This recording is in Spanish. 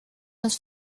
los